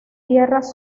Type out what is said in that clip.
tierras